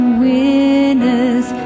winners